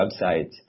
websites